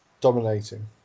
dominating